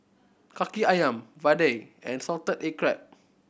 Kaki Ayam vadai and salted egg crab